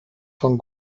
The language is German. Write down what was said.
von